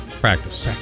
Practice